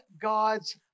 God's